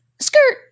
Skirt